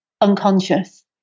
unconscious